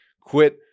Quit